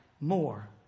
more